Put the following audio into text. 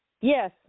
Yes